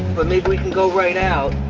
but maybe we can go right out